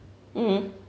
mm